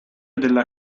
della